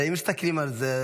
הרי אם מסתכלים על זה,